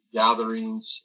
gatherings